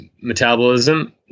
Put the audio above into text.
metabolism